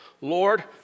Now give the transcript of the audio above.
Lord